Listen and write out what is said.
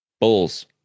Bulls